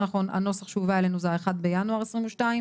הנוסח שהובא אלינו זה 1 בינואר 2022,